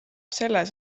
selles